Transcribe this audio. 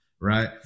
Right